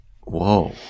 Whoa